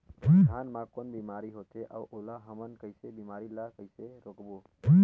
धान मा कौन बीमारी होथे अउ ओला हमन कइसे बीमारी ला कइसे रोकबो?